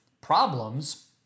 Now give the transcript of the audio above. problems